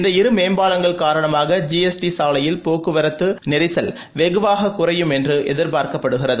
இந்த இரு மேம்பாலங்கள் காரணமாக ஜிஎஸ்டி சாலையில் போக்குவரத்து நெரிசல் வெகுவாக குறையும் என்று எதிர்பார்க்கப்படுகிறது